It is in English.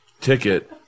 ticket